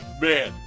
Man